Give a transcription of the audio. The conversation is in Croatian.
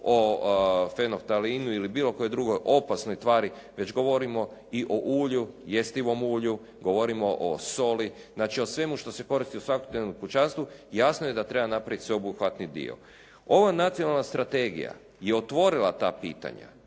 o fenoftalinu ili bilo kojoj drugoj opasnoj tvari već govorimo i o ulju, jestivom ulju, govorimo o soli, znači o svemu što se koristi u svakodnevnom kućanstvu, jasno je da treba napraviti sveobuhvatni dio. Ovaj nacionalna strategija je otvorila ta pitanja